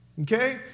Okay